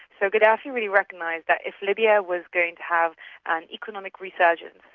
so gaddafi really recognised that if libya was going to have an economic resurgence,